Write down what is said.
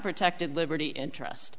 protected liberty interest